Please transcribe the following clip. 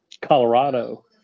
Colorado